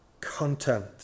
content